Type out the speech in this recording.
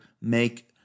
make